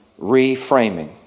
reframing